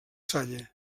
salle